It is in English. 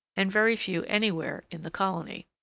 and very few anywhere in the colony.